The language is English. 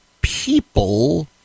people